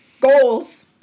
goals